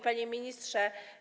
Panie Ministrze!